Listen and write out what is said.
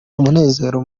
umunezero